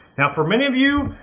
now for many of you,